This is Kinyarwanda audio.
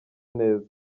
neza